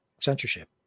censorship